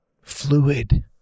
fluid